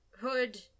Hood